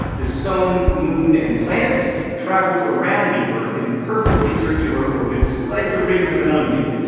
the sun, moon, and planets traveled around the earth in perfectly circular orbits like the rings of an onion.